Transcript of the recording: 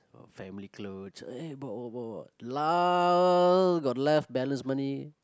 family clothes eh but what what what got left balance money